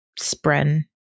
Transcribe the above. Spren